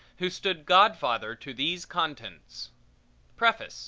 who stood godfather to these contents preface